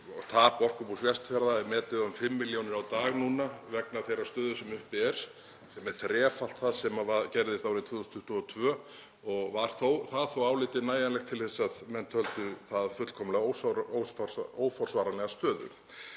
Tap Orkubús Vestfjarða er metið á um 5 milljónir á dag vegna þeirrar stöðu sem uppi er, sem er þrefalt það sem gerðist árið 2022 og var það þó álitið nægjanlegt til þess að menn töldu það fullkomlega óforsvaranlega stöðu.